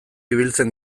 ibiltzen